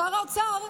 שר האוצר,